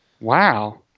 Wow